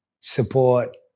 support